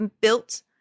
built